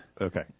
okay